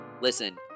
Listen